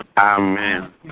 Amen